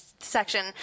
section